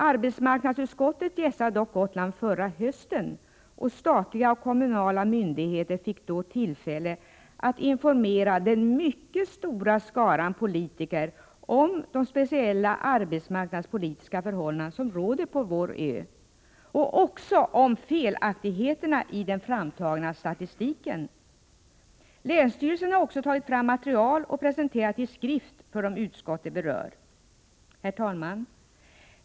Arbetsmarknadsutskottet gästade dock Gotland förra hösten, och statliga och kommunala myndigheter fick då tillfälle att informera den mycket stora skaran politiker om de speciella arbetsmarknadspolitiska förhållanden som råder på vår ö och också om felaktigheterna i den framtagna statistiken. Länsstyrelsen har också tagit fram material och presenterat det i skrift för de utskott som berörs. Herr talman!